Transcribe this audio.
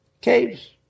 Caves